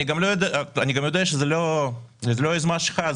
אני גם יודע שזו לא יוזמה שלך.